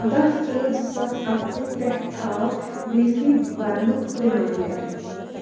دَہ ژور زٕ ساس اَکہٕ وُہ پٮ۪ٹھ تھاو بِجلی بَرنُک رِمایڈَر